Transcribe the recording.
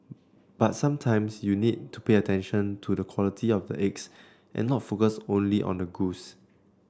but sometimes you need to pay attention to the quality of the eggs and not focus only on the goose